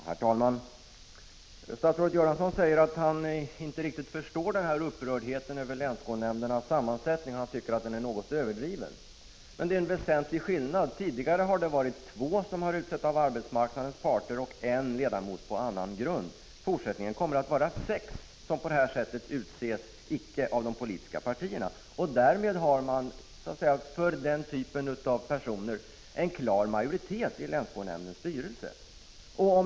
Herr talman! Statsrådet Göransson säger att han inte riktigt förstår upprördheten över länsskolnämndernas sammansättning, och han menar att den är något överdriven. Men det blir en väsentlig skillnad. Tidigare har två ledamöter utsetts för arbetsmarknadens parter och en ledamot på annan grund. I fortsättningen blir det sex personer som på detta sätt utses av andra än de politiska partierna. Därmed har man för dessa en klar majoritet i länsskolnämndernas styrelser.